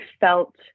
felt